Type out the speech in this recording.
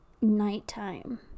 nighttime